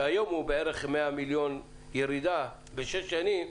שהיום הוא בערך 100 מיליון ירידה בשש שנים,